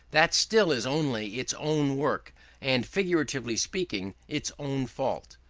that still is only its own work and, figuratively speaking, its own fault.